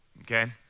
Okay